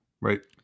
right